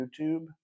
YouTube